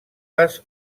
les